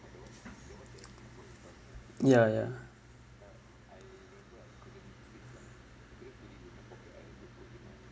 ya ya